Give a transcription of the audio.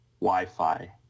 Wi-Fi